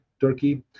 Turkey